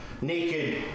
naked